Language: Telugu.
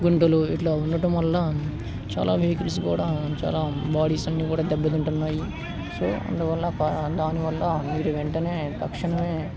గుంటలు ఇట్లా ఉండటం వల్ల చాలా వెహికల్స్ కూడా చాలా బాడీస్ అన్ని కూడా దెబ్బతింటున్నాయి సో అందువల్ల దానివల్ల మీరు వెంటనే క్షణమే